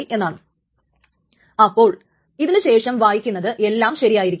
ഇനി T റീഡിനോ റൈറ്റിനോ വേണ്ടി അപേക്ഷ കൊടുക്കുകയാണെങ്കിൽ എന്തു സംഭവിക്കും